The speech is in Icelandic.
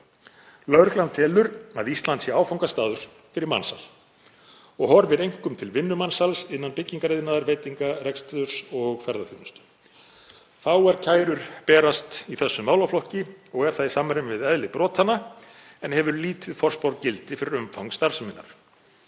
Lögregla telur að Ísland sé áfangastaður fyrir mansal og horfir einkum til vinnumansals innan byggingariðnaðar, veitingareksturs og ferðaþjónustu. Fáar kærur berast í þessum málaflokki og er það í samræmi við eðli brotanna en hefur lítið forspárgildi fyrir umfang starfseminnar.